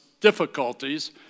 difficulties